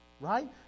Right